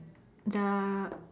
the